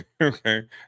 okay